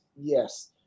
Yes